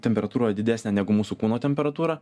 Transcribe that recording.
temperatūra didesnė negu mūsų kūno temperatūra